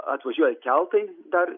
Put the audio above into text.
atvažiuoja keltai dar